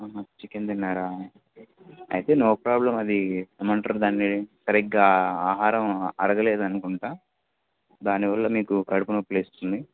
chicken తిన్నారా అయితే no problem అది తనంతట తానే సరిగ్గా ఆహారం అరగలేదనుకుంటాను దానివల్ల మీకు కడుపు నొప్పులేస్తుంది